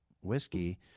whiskey